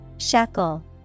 Shackle